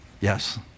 yes